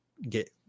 Get